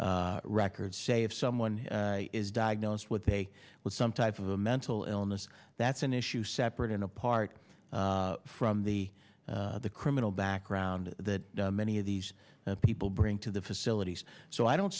records say if someone is diagnosed with a with some type of a mental illness that's an issue separate and apart from the the criminal background that many of these people bring to the facilities so i don't